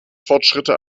fortschritte